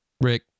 Rick